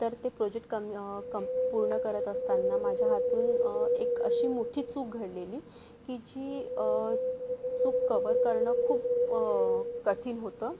तर ते प्रोजेक्ट काम काम पूर्ण करत असताना माझ्या हातून एक अशी मोठी चूक घडलेली की जी चूक कव्हर करणं खूप कठीण होतं